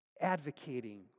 advocating